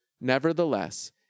Nevertheless